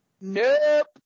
Nope